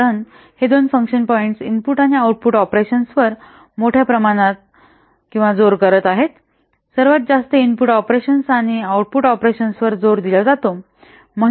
कारण हे दोन फंक्शन पॉईंट्स इनपुट आणि आऊटपुट ऑपरेशन्सवर मोठ्या प्रमाणात किंवा जोर करत आहेत सर्वात जास्त इनपुट ऑपरेशन्स आणि आउटपुट ऑपरेशन्सवर जोर दिला जातो